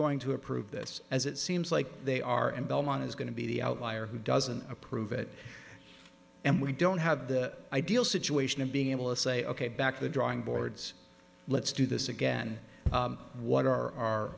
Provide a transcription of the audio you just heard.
going to approve this as it seems like they are and belmont is going to be the outlier who doesn't approve it and we don't have the ideal situation and being able to say ok back to the drawing boards let's do this again what are o